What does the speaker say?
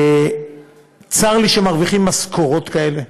צר לי שמרוויחים משכורות כאלה.